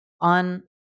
on